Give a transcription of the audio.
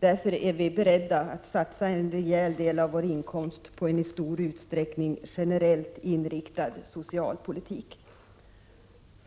Därför är vi beredda att satsa en rejäl del av vår inkomst på en i stor utsträckning generellt inriktad socialpolitik.